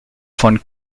von